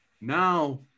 Now